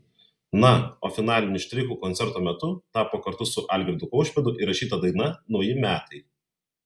na o finaliniu štrichu koncerto metu tapo kartu su algirdu kaušpėdu įrašyta daina nauji metai